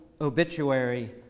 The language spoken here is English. obituary